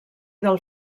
del